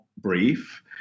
brief